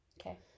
Okay